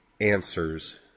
answers